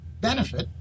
benefit